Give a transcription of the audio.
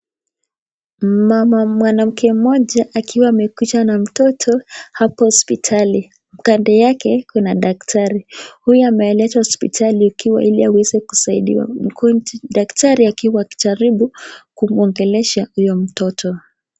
Mama mwanamke mmoja akiwa amekuja na mtoto ako hospitali. Pande yake kuna daktari. Huyu ameenda hospitali ikiwa ili aweze kusaidiwa daktari akiwa akijaribu kumwongeleisha huyo mtoto.